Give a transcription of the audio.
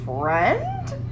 friend